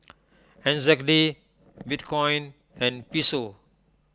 N Z D Bitcoin and Peso